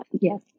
yes